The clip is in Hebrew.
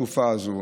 בתקופה הזאת.